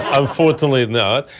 unfortunately not.